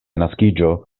naskiĝo